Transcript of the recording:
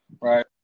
right